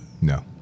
No